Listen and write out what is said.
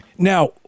Now